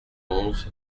onze